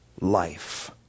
life